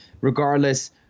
Regardless